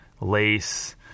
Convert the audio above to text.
lace